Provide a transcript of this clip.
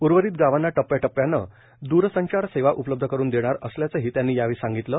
उर्वरित गावांना टप्प्याटप्प्यानं द्रसंचार सेवा उपलब्ध करून देणार असल्याचंही त्यांनी यावेळी सांगितलं